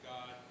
God